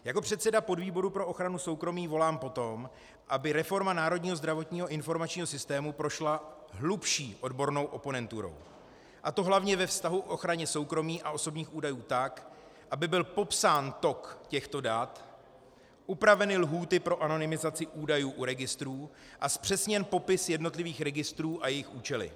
Jako předseda podvýboru pro ochranu soukromí volám po tom, aby reforma Národního zdravotního informačního systému prošla hlubší odbornou oponenturou, a to hlavně ve vztahu k ochraně soukromí a osobních údajů tak, aby byl popsán tok těchto dat, upraveny lhůty pro anonymizaci údajů u registrů a zpřesněn popis jednotlivých registrů a jejich účely.